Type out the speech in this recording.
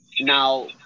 now